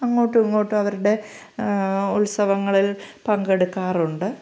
അങ്ങോട്ടും ഇങ്ങോട്ടും അവരുടെ ഉത്സവങ്ങളിൽ പങ്കെടുക്കാറുണ്ട്